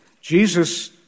Jesus